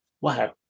wow